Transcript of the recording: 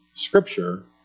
Scripture